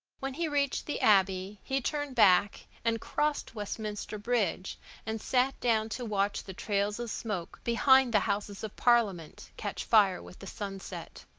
when he reached the abbey, he turned back and crossed westminster bridge and sat down to watch the trails of smoke behind the houses of parliament catch fire with the sunset.